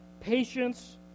Patience